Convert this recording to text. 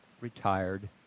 retired